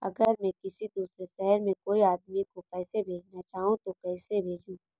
अगर मैं किसी दूसरे शहर में कोई आदमी को पैसे भेजना चाहूँ तो कैसे भेजूँ?